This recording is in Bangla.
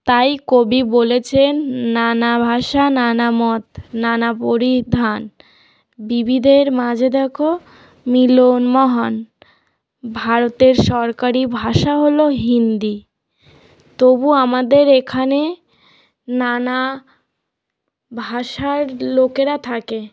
তাই কবি বলেছেন নানা ভাষা নানা মত নানা পরিধান বিবিধের মাঝে দেখো মিলন মহান ভারতের সরকারি ভাষা হলো হিন্দি তবু আমাদের এখানে নানা ভাষার লোকেরা থাকে